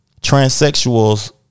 transsexuals